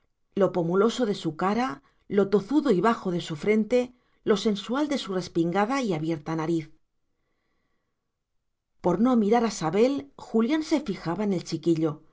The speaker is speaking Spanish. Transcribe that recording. lo pomuloso de su cara lo tozudo y bajo de su frente lo sensual de su respingada y abierta nariz por no mirar a sabel julián se fijaba en el chiquillo